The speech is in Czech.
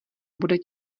bude